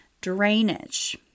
drainage